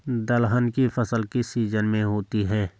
दलहन की फसल किस सीजन में होती है?